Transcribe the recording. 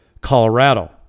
Colorado